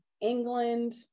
England